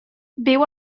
viu